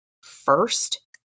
first